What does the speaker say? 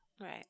Right